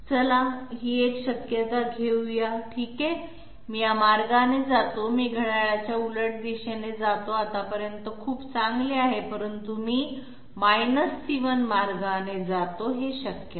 चला ही एक शक्यता घेऊया ठीक आहे मी या मार्गाने जातो मी घड्याळाच्या उलट दिशेने जातो आतापर्यंत खूप चांगले आहे परंतु मी c1 मार्गाने जातो हे शक्य नाही